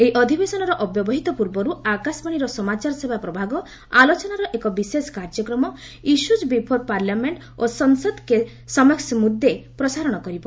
ଏହି ଅଧିବେଶନର ଅବ୍ୟବହିତ ପୂର୍ବରୁ ଆକାଶବାଣୀର ସମାଚାର ସେବା ପ୍ରଭାଗ ଆଲୋଚନାର ଏକ ବିଶେଷ କାର୍ଯ୍ୟକ୍ରମ ଇସ୍ୟୁଜ୍ ବିଫୋର ପାର୍ଲାମେଣ୍ଢ ଓ ସଂସଦ୍ କେ ସମଖ୍ସ ମ୍ବଦ୍ଦେ ପ୍ରସାରଣ କରିବ